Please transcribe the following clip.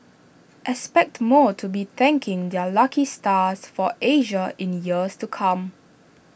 expect more to be thanking their lucky stars for Asia in years to come